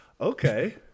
Okay